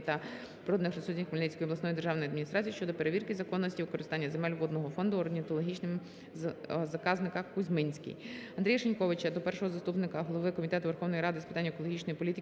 та природних ресурсів Хмельницької обласної державної адміністрації щодо перевірки законності використання земель водного фонду орнітологічного заказника "Кузьминський". Андрія Шиньковича до першого заступника голови Комітету Верховної Ради України з питань екологічної політики,